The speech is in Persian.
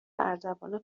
اردوان